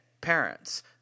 parents